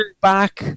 back